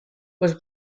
was